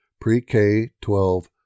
pre-K-12